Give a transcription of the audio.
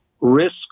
risks